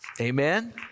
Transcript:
Amen